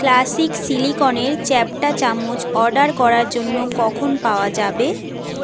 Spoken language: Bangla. ক্লাসিক সিলিকনের চ্যাপ্টা চামচ অর্ডার করার জন্য কখন পাওয়া যাবে